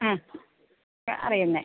ആ അറിയുന്നത്